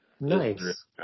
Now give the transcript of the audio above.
Nice